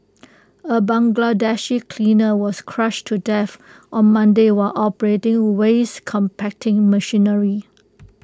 A Bangladeshi cleaner was crushed to death on Monday while operating waste compacting machinery